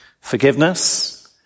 Forgiveness